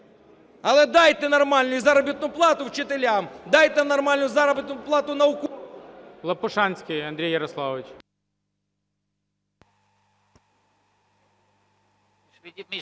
Але дайте нормальну і заробітну плату вчителям, дайте нормальну заробітну плату науковцям…